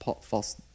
false